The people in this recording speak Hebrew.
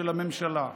של הממשלה.